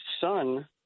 son